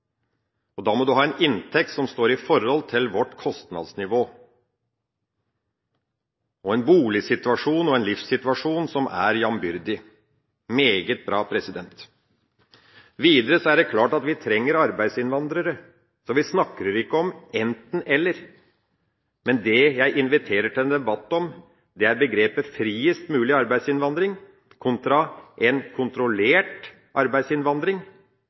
og da må en ha en inntekt som står i forhold til vårt kostnadsnivå, og en boligsituasjon og en livssituasjon som er jambyrdig. – Meget bra. Videre er det klart at vi trenger arbeidsinnvandrere, så vi snakker ikke om enten–eller. Men det jeg inviterer til en debatt om, er begrepet «friest mulig arbeidsinnvandring» kontra «en kontrollert arbeidsinnvandring»,